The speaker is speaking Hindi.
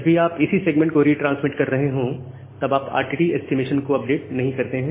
जब भी आप इसी सेगमेंट को रिट्रांसमिट कर रहे हैं तो आप RTT ऐस्टीमेशन को अपडेट नहीं करते हैं